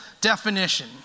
definition